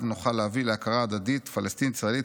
נוכל להביא להכרה הדדית פלסטינית-ישראלית.